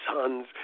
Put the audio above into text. sons